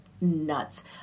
nuts